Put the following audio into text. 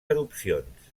erupcions